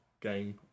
game